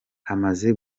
hamaze